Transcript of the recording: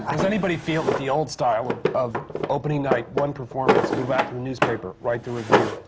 um does anybody feel that the old style of of opening night, one performance, go back to the newspaper, write the review,